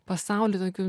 pasaulį tokiu